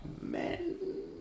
men